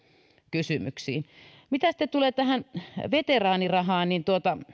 kysymyksiin mitä sitten tulee veteraanirahaan